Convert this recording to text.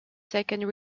second